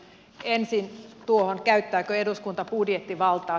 ensin tuohon käyttääkö eduskunta budjettivaltaa